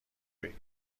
بگی